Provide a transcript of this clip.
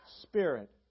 Spirit